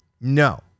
No